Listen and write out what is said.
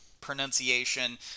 pronunciation